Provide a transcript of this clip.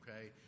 okay